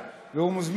נמצא, והוא מוזמן